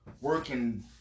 working